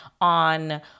on